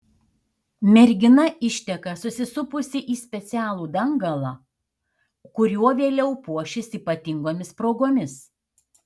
mergina išteka susisupusi į specialų dangalą kuriuo vėliau puošis ypatingomis progomis